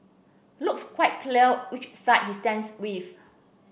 looks quite clear which side he stands with